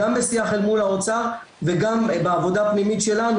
גם בשיח אל מול האוצר וגם בעבודה הפנימית שלנו,